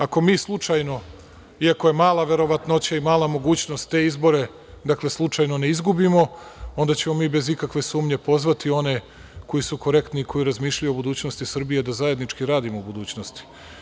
Ako mi slučajno, iako je mala verovatnoća i mala mogućnost, te izbore slučajno ne izgubimo, onda ćemo mi bez ikakve sumnje pozvati one koji su korektni i koji razmišljaju o budućnosti Srbije da zajednički radimo u budućnosti.